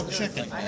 chicken